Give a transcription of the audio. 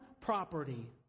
property